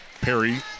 Perry